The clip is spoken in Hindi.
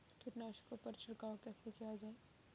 कीटनाशकों पर छिड़काव कैसे किया जाए?